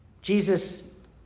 Jesus